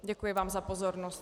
Děkuji vám za pozornost.